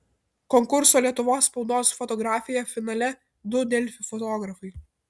konkurso lietuvos spaudos fotografija finale du delfi fotografai